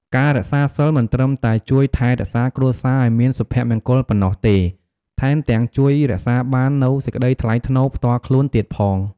ការរក្សាសីលមិនត្រឹមតែជួយថែរក្សាគ្រួសារឲ្យមានសុភមង្គលប៉ុណ្ណោះទេ ថែមទាំងជួយរក្សាបាននូវសេចក្តីថ្លៃថ្នូរផ្ទាល់ខ្លួនទៀតផង។